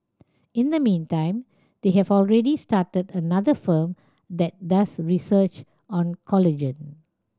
in the meantime they have already started another firm that does research on collagen